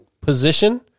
position